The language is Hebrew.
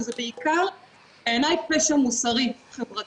וזה בעיקר בעיני פשע מוסרי חברתי.